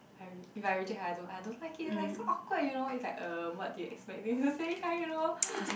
I re~ if I reject I don't I don't like it it's so awkward you know it's like um what do you expect me to say those kind you know